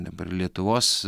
dabar lietuvos